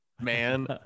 man